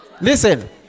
Listen